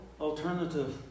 alternative